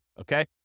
okay